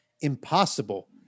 impossible